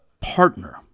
partner